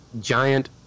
giant